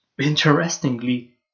Interestingly